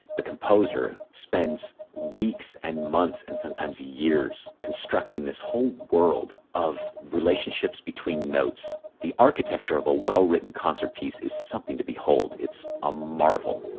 the composer spends weeks and months, and sometimes years constructing this whole world of relationships between notes. the architecture of a well written concert piece is something to behold. it's a marvel